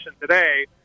today